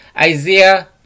Isaiah